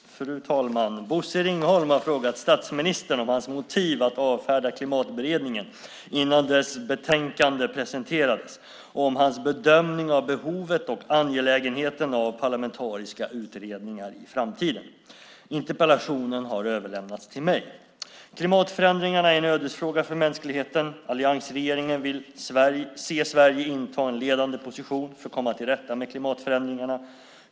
Fru talman! Bosse Ringholm har frågat statsministern om hans motiv att avfärda Klimatberedningen innan dess betänkande presenterades och om hans bedömning av behovet och angelägenheten av parlamentariska utredningar i framtiden. Interpellationen har överlämnats till mig. Klimatförändringarna är en ödesfråga för mänskligheten. Alliansregeringen vill se Sverige inta en ledande position för att komma till rätta med klimatförändringarna.